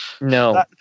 No